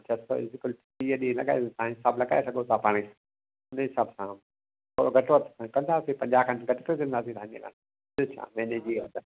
पाण छह सौ टीह ॾींहं लॻायऊं तव्हां हिसाब लॻाए सघो था पाण ई उन जे हिसाब सां थोरो घटि वधि खणी कंदासीं पंजा खनु घटि वधु कंदासीं तव्हां जे लाइ ॿियो छा पंहिंजे जी ॻाल्हि आहे